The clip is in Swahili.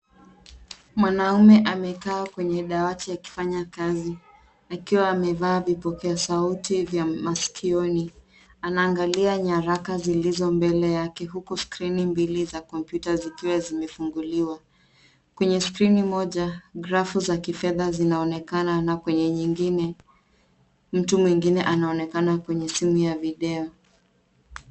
Mwanaume amekaa kwenye dawati akifanya kazi, akiwa amevaa vipokea sauti vya masikioni. Anaangalia nyaraka zilizo mbele yake huku skrini mbili za kompyuta zikiwa zimefunguliwa. Kwenye skrini moja grafu za kifedha zinaonekana na kwenye nyingine mtu mwingine anaonekana kwenye simu ya video.